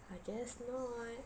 I guess not